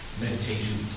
meditation